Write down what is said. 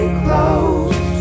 close